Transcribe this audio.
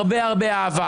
הרבה-הרבה אהבה.